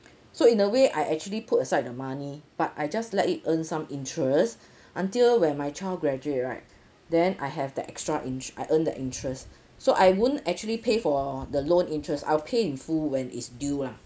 so in a way I actually put aside the money but I just let it earn some interest until when my child graduate right then I have the extra int~ I earn the interest so I won't actually pay for the loan interest I'll pay in full when it's due ah